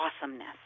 awesomeness